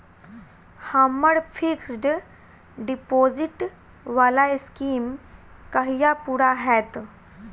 हम्मर fixed deposit वला scheme कहिया पूरा हैत?